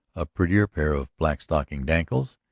a prettier pair of black-stockinged ankles,